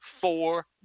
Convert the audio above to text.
four